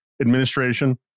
administration